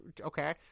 Okay